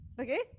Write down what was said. okay